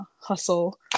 hustle